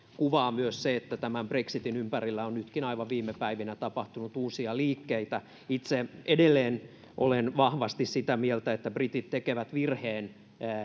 kuvaa hyvin myös se että tämän brexitin ympärillä on nytkin aivan viime päivinä tapahtunut uusia liikkeitä itse edelleen olen vahvasti sitä mieltä että britit tekevät virheen